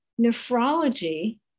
nephrology